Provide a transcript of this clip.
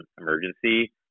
emergency